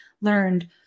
learned